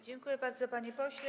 Dziękuję bardzo, panie pośle.